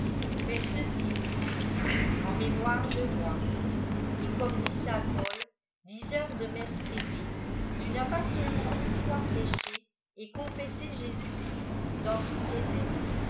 fahs ceci dii il en mémoire de moi et comme dit saint pau diseur de messe privée tu n as pas seulement une fois prêché et çpnfjçséjésis christ dans toutes teâ messes